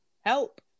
help